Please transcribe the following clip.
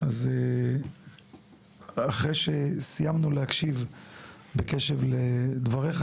אז אחרי שסיימנו להקשיב בקשב לדבריך,